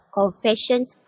confessions